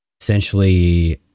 essentially